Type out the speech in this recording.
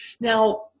Now